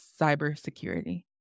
cybersecurity